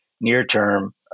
near-term